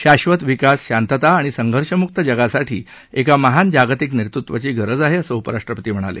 शाधत विकास शांतता आणि संघर्षमुक्त जगासाठी एका महान जागतिक नेतृत्वाची गरज आहे असं उपराष्ट्रपती म्हणाले